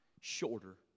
shorter